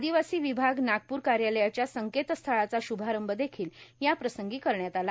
आदिवासी विभाग नागपूर कार्यालयाच्या संकेतस्थळाचा शुभारंभ देखिल याप्रसंगी करण्यात आला